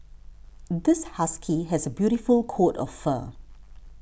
this husky has a beautiful coat of fur